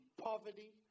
poverty